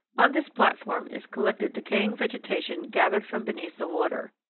on this platform is collected decaying vegetation gathered from beneath the water.